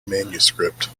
manuscript